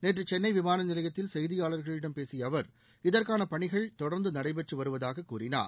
நேற்று சென்னை விமான நிலையத்தில் செய்தியாளர்களிடம் பேசிய அவர் இதற்கான பணிகள் தொடர்ந்து நடைபெற்று வருவதாக கூறினார்